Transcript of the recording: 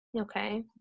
Okay